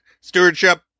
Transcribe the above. Stewardship